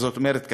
זאת אומרת,